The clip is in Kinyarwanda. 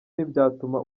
ntibyatuma